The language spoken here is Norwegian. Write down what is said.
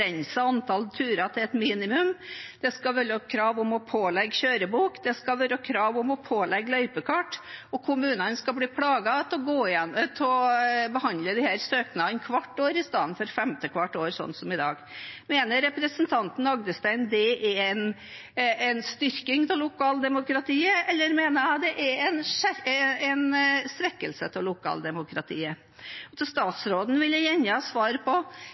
antall turer til et minimum, det skal være krav om å pålegge kjørebok, det skal være krav om å pålegge løypekart – og kommunene skal bli plaget til å behandle søknadene hvert år i stedet for hvert femte år, slik det er i dag. Mener representanten Agdestein det er en styrking av lokaldemokratiet, eller mener hun det er en svekkelse av lokaldemokratiet? Fra statsråden vil jeg gjerne ha svar på